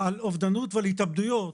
על אובדנות ועל התאבדויות,